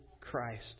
Christ